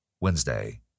Wednesday